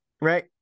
Right